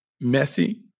messy